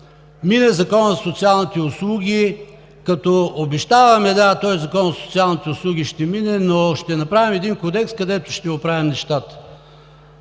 мине Законът за социалните услуги, като обещаваме: да, този Закон за социалните услуги ще мине, но ще направим един кодекс, където ще оправим нещата.